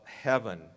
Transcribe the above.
heaven